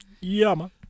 Yama